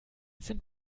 sind